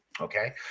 Okay